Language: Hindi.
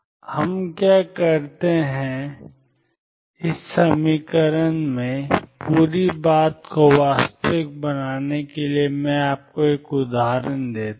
हम क्यों करते हैं ψ∂x पूरी बात को वास्तविक बनाने के लिए मैं आपको एक उदाहरण देता हूं